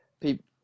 people